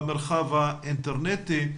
במרחב האינטרנטי.